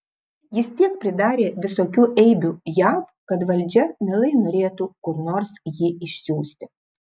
jis tiek pridarė visokių eibių jav kad valdžia mielai norėtų kur nors jį išsiųsti